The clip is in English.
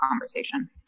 conversation